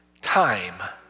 time